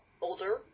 older